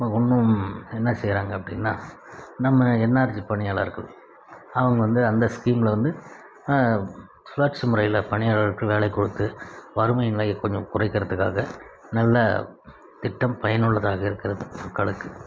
இன்னும் என்ன செய்கிறாங்க அப்படினால் நம்ம என்ஆர்ஜி பணியாளர்கள் அவங்க வந்து அந்த ஸ்கீமில் வந்து சுழற்சி முறையில் பணியாளர்களுக்கு வேலை கொடுத்து வறுமை நிலை கொஞ்சம் குறைக்கிறதுக்காக நல்ல திட்டம் பயனுள்ளதாக இருக்கிறது மக்களுக்கு